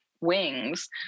wings